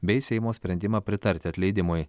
bei seimo sprendimą pritarti atleidimui